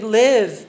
live